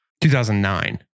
2009